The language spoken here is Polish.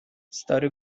stary